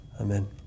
Amen